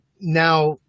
now